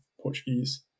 Portuguese